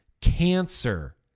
cancer